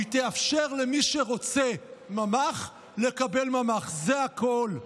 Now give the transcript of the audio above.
היא תאפשר למי שרוצה ממ"ח לקבל ממ"ח, זה הכול.